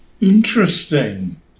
Interesting